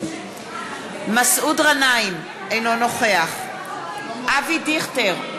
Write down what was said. מסעוד גנאים, אינו נוכח אבי דיכטר,